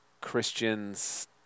Christians